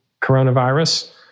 coronavirus